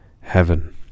Heaven